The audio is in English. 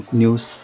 news